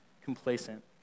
complacent